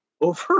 over